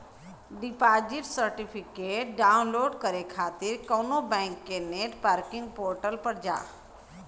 deposit certificate download करे खातिर कउनो बैंक के नेट बैंकिंग पोर्टल पर जा